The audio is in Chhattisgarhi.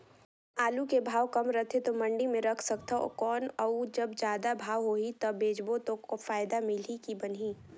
आलू के भाव कम रथे तो मंडी मे रख सकथव कौन अउ जब जादा भाव होही तब बेचबो तो फायदा मिलही की बनही?